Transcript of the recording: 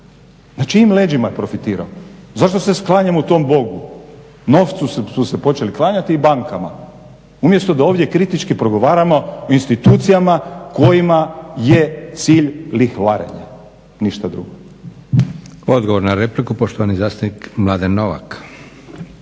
Na čijim leđima je profitirao? Zašto se klanjamo tom Bogu? Novcu su se počeli klanjati i bankama. Umjesto da ovdje kritički progovaramo o institucijama kojima je cilj lihvarenje, ništa drugo. **Leko, Josip (SDP)** Odgovor na repliku, poštovani zastupnik Mladen Novak.